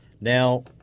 Now